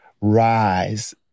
rise